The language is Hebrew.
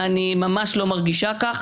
אני ממש לא מרגישה כך.